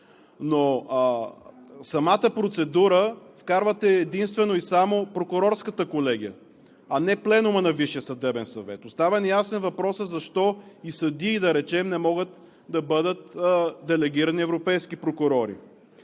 в самата процедура вкарвате единствено и само Прокурорската колегия, а не Пленума на Висшия съдебен съвет. Остава неясен въпросът защо и съдии, да речем, не могат да бъдат делегирани европейски прокурори?